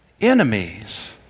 enemies